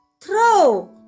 throw